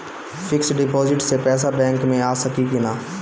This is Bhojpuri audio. फिक्स डिपाँजिट से पैसा बैक मे आ सकी कि ना?